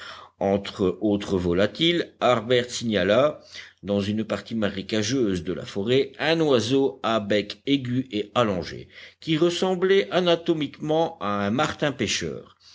entre autres volatiles harbert signala dans une partie marécageuse de la forêt un oiseau à bec aigu et allongé qui ressemblait anatomiquement à un